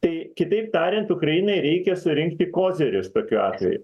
tai kitaip tariant ukrainai reikia surinkti kozirius tokiu atveju